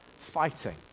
fighting